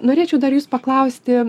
norėčiau dar jus paklausti